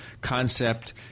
concept